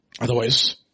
Otherwise